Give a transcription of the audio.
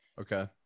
Okay